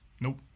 Nope